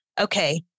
okay